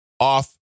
off